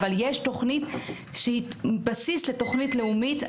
אבל יש תוכנית שהיא בסיס לתוכנית לאומית.